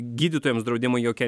gydytojams draudimai jokie